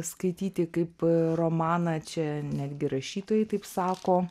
skaityti kaip romaną čia netgi rašytojai taip sako